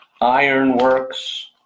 ironworks